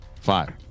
five